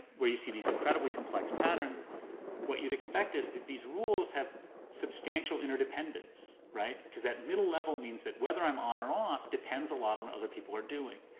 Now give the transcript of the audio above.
where you see these incredibly complex patterns what you'd expect is that these rules have substantial interdependence. right? because that middle level means that whether i am on or off depends a lot on what other people are doing.